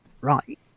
right